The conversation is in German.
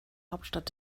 hauptstadt